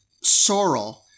Sorrel